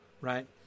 right